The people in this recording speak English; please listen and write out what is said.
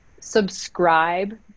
subscribe